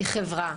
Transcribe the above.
כחברה,